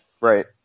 Right